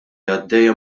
għaddejja